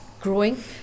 growing